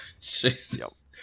Jesus